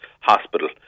hospital